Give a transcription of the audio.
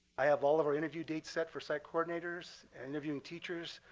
i have all of our interview dates set for site coordinators and interviewing teachers.